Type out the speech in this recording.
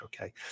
okay